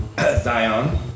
Zion